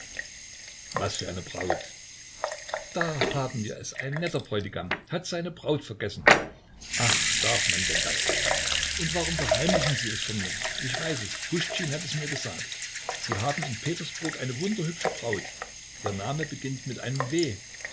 was für einer braut da haben wir es ein netter bräutigam hat seine braut vergessen ach darf man denn das und warum verheimlichen sie es vor mir ich weiß es puschtschin hat es mir gesagt sie haben in petersburg eine wunderhübsche braut ihr name beginnt mit einem w